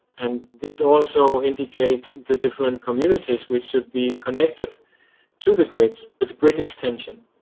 and this also indicates the different communities which should be connected to the grid with grid extension.